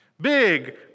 Big